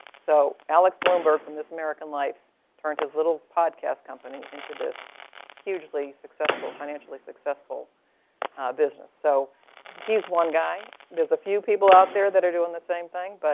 so alex blomberg from this american life turned his little podcast company into this hugely successful, financially successful business. so he's one guy. there's a few people out there that are doing the same thing. but